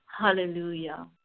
Hallelujah